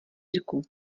jirku